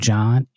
John